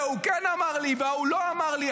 וההוא כן אמר לי וההוא לא אמר לי.